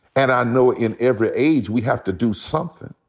and i know in every age we have to do somethin'.